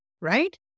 right